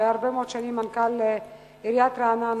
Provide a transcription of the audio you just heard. שהיה הרבה מאוד שנים מנכ"ל עיריית רעננה,